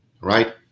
right